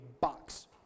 box